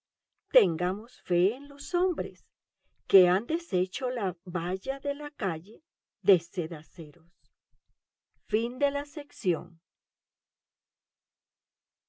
tengamos fe en los hombres que han deshecho la valla de la calle de cedaceros